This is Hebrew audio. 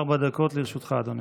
ארבע דקות לרשותך, אדוני.